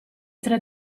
tre